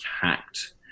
hacked